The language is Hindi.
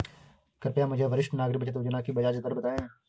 कृपया मुझे वरिष्ठ नागरिक बचत योजना की ब्याज दर बताएं?